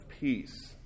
peace